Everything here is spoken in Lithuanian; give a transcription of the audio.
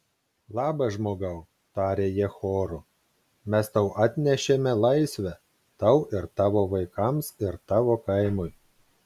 labas žmogau tarė jie choru mes tau atnešėme laisvę tau ir tavo vaikams ir tavo kaimui